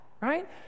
right